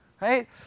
right